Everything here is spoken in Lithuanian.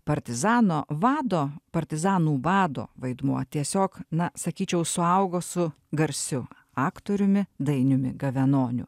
partizano vado partizanų vado vaidmuo tiesiog na sakyčiau suaugo su garsiu aktoriumi dainiumi gavenoniu